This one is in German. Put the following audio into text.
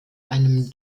einem